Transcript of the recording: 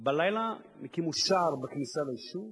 הקימו שער בכניסה ליישוב,